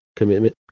commitment